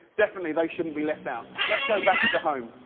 definitely they shouldn't be left out. let's go back to the home.